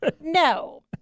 No